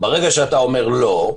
ברגע שאתה אומר: לא,